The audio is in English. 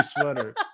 sweater